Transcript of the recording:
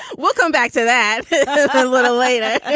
we'll come back to that a little later.